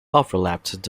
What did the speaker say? overlapped